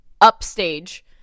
upstage